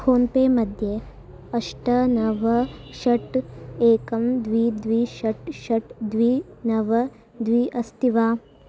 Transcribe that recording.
phone pay मध्ये अष्ट नव षट् एकं द्वि द्वि षट् षट् द्वि नव द्वि अस्ति वा